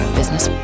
Business